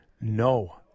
No